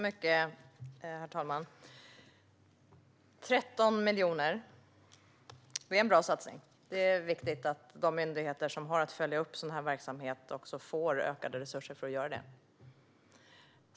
Herr talman! 13 miljoner - det är en bra satsning. Det är viktigt att de myndigheter som har att följa upp sådan verksamhet får ökade resurser för att göra detta.